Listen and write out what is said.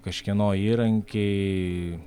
kažkieno įrankiai